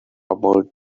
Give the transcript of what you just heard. about